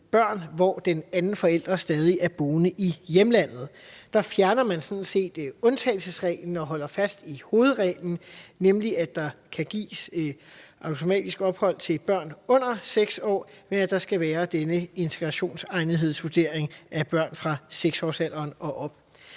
børn, hvor den anden forælder stadig er boende i hjemlandet. Man fjerner sådan set undtagelsesreglen og holder fast i hovedreglen, nemlig at der automatisk kan gives ophold til børn under 6 år, men der skal være denne integrationsegnethedsvurdering af børn fra 6-årsalderen og op.